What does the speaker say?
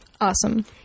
Awesome